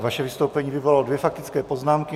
Vaše vystoupení vyvolalo dvě faktické poznámky.